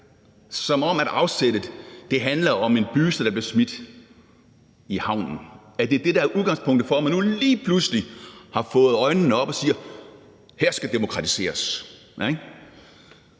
som om afsættet er en buste, der bliver smidt i havnen, og at det er det, der er udgangspunktet for, at man nu lige pludselig har fået øjnene op og siger, at her skal der demokratiseres.